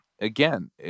again